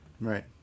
right